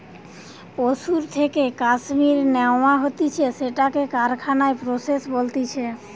পশুর থেকে কাশ্মীর ন্যাওয়া হতিছে সেটাকে কারখানায় প্রসেস বলতিছে